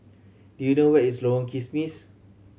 do you know where is Lorong Kismis